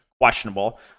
questionable